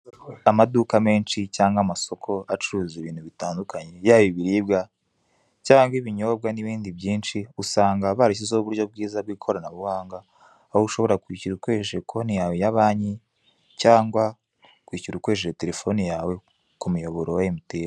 Amaduka menshi cyangwa amasoko acuruza ibintu bitandukanye, yaba ibiribwa cyangwa ibinyobwa n'ibindi byinshi, usanga barashyizeho uburyo bwiza bw'ikoranabuhanga aho ushobora kwishyura ukoresheje konti yawe ya banki cyangwa kwishyura ukoresheje terefone ku miyoboro ya MTN.